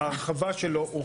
ההרחבה שלו,